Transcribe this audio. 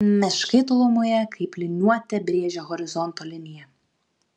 miškai tolumoje kaip liniuote brėžia horizonto liniją